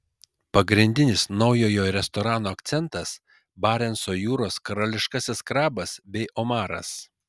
pagrindinis naujojo restorano akcentas barenco jūros karališkasis krabas bei omaras